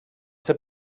ser